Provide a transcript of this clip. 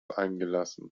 eingelassen